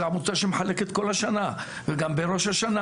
זה עמותה שמחלקת כל השנה וגם בראש השנה